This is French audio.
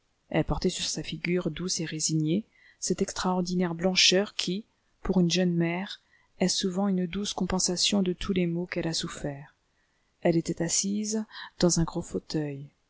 elle portait sur sa figure douce et résignée cette extraordinaire blancheur qui pour une jeune mère est souvent une douce compensation de tous les maux qu'elle a soufferts elle était assise dans un grand fauteuil